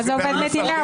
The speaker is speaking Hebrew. מה זה עובד מדינה?